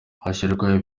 hashyirwaho